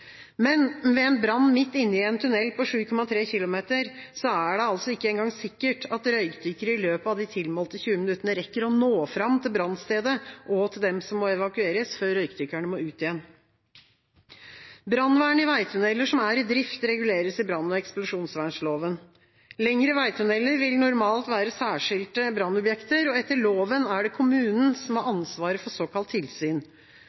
Men ved en brann midt inne i en tunnel på 7,3 km er det ikke engang sikkert at røykdykkere i løpet av de tilmålte 20 minuttene rekker å nå fram til brannstedet og til dem som må evakueres, før røykdykkerne må ut igjen. Brannvern i veitunneler som er i drift, reguleres i brann- og eksplosjonsvernloven. Lengre veitunneler vil normalt være særskilte brannobjekter. Etter loven er det kommunen som har ansvaret for såkalt tilsyn.